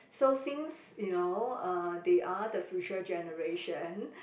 so since you know uh they are the future generation